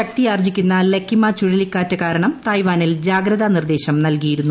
ശക്തിയാർജ്ജിക്കുന്ന Lekima ചുഴലിക്കാറ്റ് കാരണം തായ്വാനിൽ ജാഗ്രതാ നിർദ്ദേശം നൽകിയിരുന്നു